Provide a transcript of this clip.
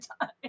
time